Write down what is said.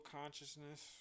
consciousness